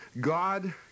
God